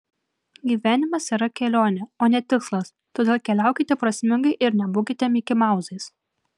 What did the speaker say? gyvenimas yra kelionė o ne tikslas todėl keliaukite prasmingai ir nebūkite mikimauzais